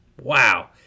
Wow